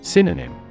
Synonym